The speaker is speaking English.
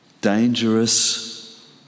dangerous